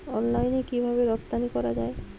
অনলাইনে কিভাবে রপ্তানি করা যায়?